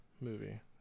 movie